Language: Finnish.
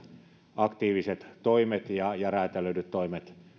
aktiiviset toimet ja ja räätälöidyt toimet